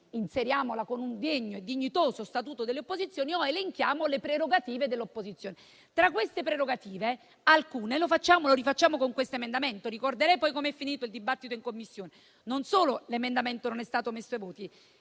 qui, con un degno e dignitoso statuto delle opposizioni o elenchiamo le prerogative dell'opposizione. E alcune le specifichiamo con questo emendamento. Ricorderei poi come è finito il dibattito in Commissione: non solo l'emendamento non è stato messo ai voti,